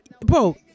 bro